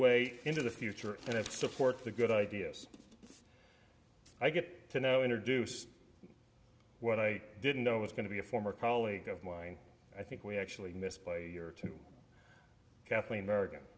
way into the future that support the good ideas i get to now introduce what i didn't know it was going to be a former colleague of mine i think we actually in this player to kathleen america